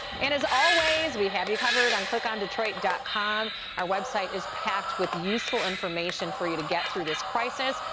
and as always, we have you covered on clickondetroit dot com our website is packed with useful information for you to get through this crisis.